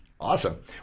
Awesome